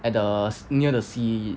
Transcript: at the near the sea